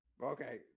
okay